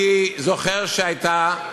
אני זוכר שהייתה,